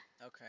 Okay